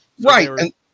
Right